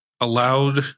allowed